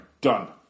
Done